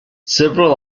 several